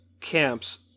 camps